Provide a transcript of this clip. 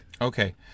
Okay